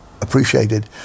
appreciated